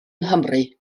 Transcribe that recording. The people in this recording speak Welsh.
nghymru